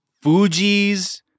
Fuji's